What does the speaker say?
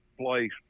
place